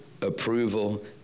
approval